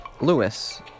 Lewis